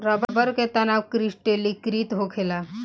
रबड़ के तनाव क्रिस्टलीकृत होखेला